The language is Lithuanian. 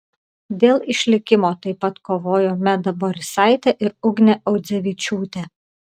dėl išlikimo taip pat kovojo meda borisaitė ir ugnė audzevičiūtė